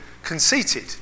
Conceited